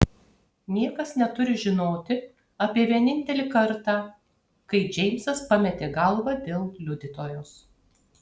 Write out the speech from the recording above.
niekas neturi žinoti apie vienintelį kartą kai džeimsas pametė galvą dėl liudytojos